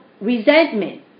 resentment